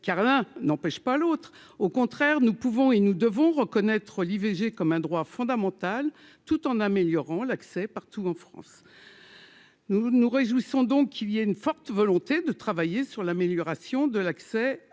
car n'empêche pas l'autre, au contraire, nous pouvons et nous devons reconnaître l'IVG comme un droit fondamental, tout en améliorant l'accès partout en France, nous nous réjouissons donc il y a une forte volonté de travailler sur l'amélioration de l'accès à l'IVG,